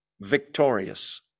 victorious